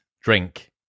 drink